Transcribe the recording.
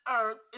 earth